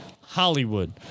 Hollywood